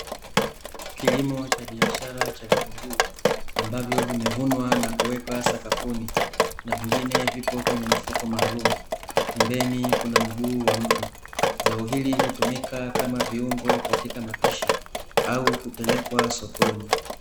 Kilimo cha biashara cha vitunguu ambavyo vimevunwa na kuwekwa sakafuni, na vingine vipo kwenye mfuko maalumu pembeni kuna mguu wa mtu. Zao hili hutumika kama viungo katika mapishi au kupelekwa sokoni.